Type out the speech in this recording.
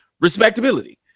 respectability